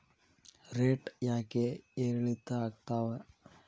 Rate ಯಾಕೆ ಏರಿಳಿತ ಆಗ್ತಾವ?